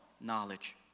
knowledge